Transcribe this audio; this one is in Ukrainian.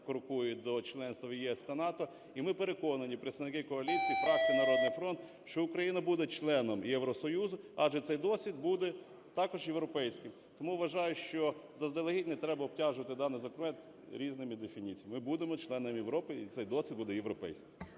крокує до членства в ЄС та НАТО. І ми переконані, представники коаліції, фракції "Народний фронт", що Україна буде членом Євросоюзу, адже цей досвід буде також європейським. Тому вважаю, що заздалегідь не треба обтяжувати даний законопроект різними дефініціями. Ми будемо членами Європи, і цей досвід буде європейський.